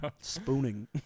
Spooning